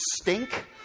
stink